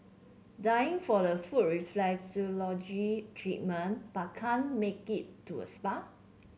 dying for a foot reflexology treatment but can't make it to a spa